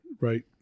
right